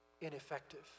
ineffective